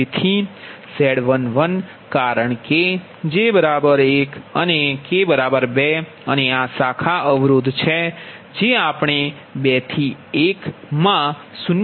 તેથી Z11 કારણ કે j1 અને k2 અને આ શાખા અવરોધ છે જે આપણે 2 થી 1 મા 0